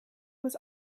was